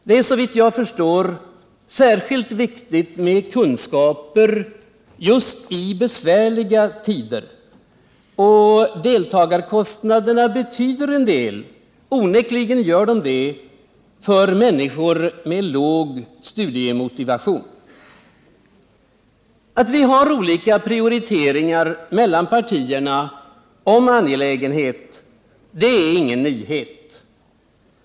Det är såvitt jag förstår särskilt viktigt med kunskaper i besvärliga tider, och deltagarkostnaderna betyder då en del — onekligen gör de det för människor med låg studiemotivation. Att vi har olika prioriteringar mellan partierna när det gäller angelägenhet är ingen nyhet.